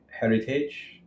heritage